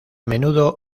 menudo